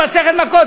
במסכת מכות,